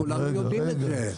כולנו יודעים את זה.